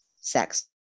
sex